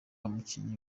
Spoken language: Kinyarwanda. umukinnyi